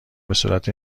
بهصورت